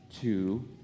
two